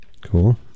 Cool